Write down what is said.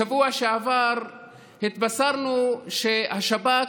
בשבוע שעבר התבשרנו שהשב"כ,